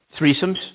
threesomes